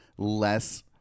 Less